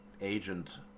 agent